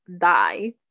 die